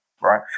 right